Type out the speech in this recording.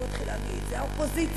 והוא התחיל להגיד: זה האופוזיציה,